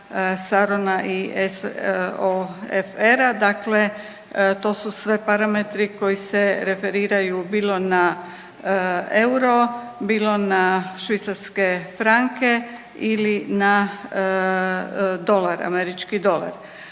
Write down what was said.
Sarona i FR-a, dakle to su sve parametri koji se referiraju bilo na euro, bilo na švicarske franke ili na dolare, američki dolar.